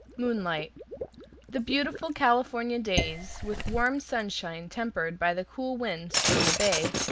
moonlight the beautiful california days, with warm sunshine tempered by the cool winds from the bay,